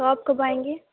تو آپ کب آئیں گے